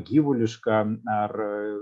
gyvuliška ar